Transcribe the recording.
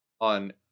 on